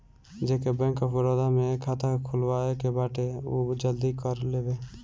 जेके bank of Baroda में खाता खुलवाए के बाटे उ जल्दी कर लेवे